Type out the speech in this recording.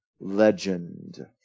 legend